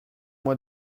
moi